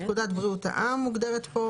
"פקודת בריאות העם" פקודת בריאות העם,